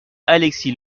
alexis